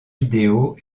vidéo